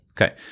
Okay